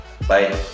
Bye